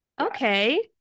Okay